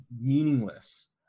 meaningless